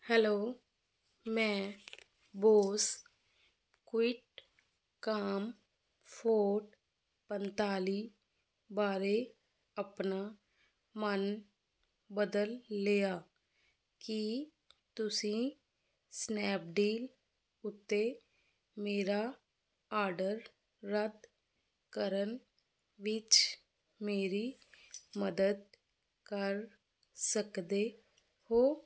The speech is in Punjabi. ਹੈਲੋ ਮੈਂ ਬੋਸ ਕੁਈਟਕਾਮਫੋਰਟ ਪੰਤਾਲੀ ਬਾਰੇ ਆਪਣਾ ਮਨ ਬਦਲ ਲਿਆ ਕੀ ਤੁਸੀਂ ਸਨੈਪਡੀਲ ਉੱਤੇ ਮੇਰਾ ਆਰਡਰ ਰੱਦ ਕਰਨ ਵਿੱਚ ਮੇਰੀ ਮਦਦ ਕਰ ਸਕਦੇ ਹੋ